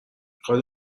خواد